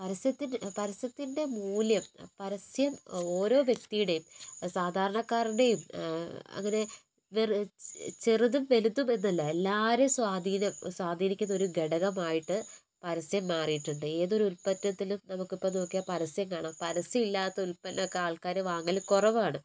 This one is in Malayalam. പരസ്യത്തിന്റെ പരസ്യത്തിന്റെ മൂല്യം പരസ്യം ഓരോ വ്യക്തിയുടെയും സാധാരണക്കാരന്റെയും അങ്ങനെ ചെറുതും വലുതും എന്നല്ല എല്ലാവരെയും സ്വാധീനിക്കുന്ന ഒരു ഘടകമായിട്ട് പരസ്യം മാറിയിട്ടുണ്ട് ഏതൊരു ഉത്പന്നത്തിലും നമുക്ക് ഇപ്പോൾ നോക്കിയാൽ പരസ്യം കാണാം പരസ്യം ഇല്ലാത്ത ഉത്പന്നം ഒക്കെ ആൾക്കാർ വാങ്ങൽ കുറവാണ്